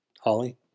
Holly